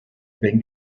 been